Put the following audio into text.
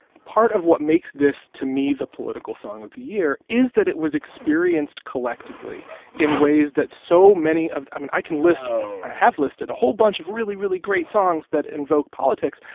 part of what makes this, to me, the political song of the year is that it was experienced collectively in ways that so many of i mean, i can list i have listed a whole bunch of really, really great songs that invoke politics,